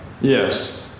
Yes